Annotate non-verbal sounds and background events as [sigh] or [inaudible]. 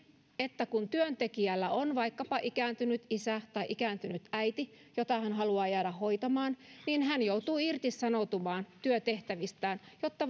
että kun työntekijällä on vaikkapa ikääntynyt isä tai ikääntynyt äiti jota hän haluaa jäädä hoitamaan niin hän joutuu irtisanoutumaan työtehtävästään jotta [unintelligible]